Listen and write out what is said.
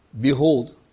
Behold